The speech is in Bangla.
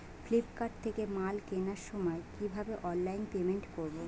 ফ্লিপকার্ট থেকে মাল কেনার সময় কিভাবে অনলাইনে পেমেন্ট করব?